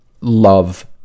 love